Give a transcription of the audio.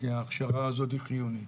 כי ההכשרה הזאת היא חיונית.